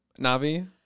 Navi